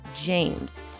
james